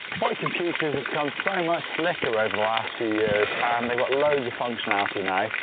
bike computers have become so much slicker over the last few years and they got loads of functionality now.